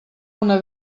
una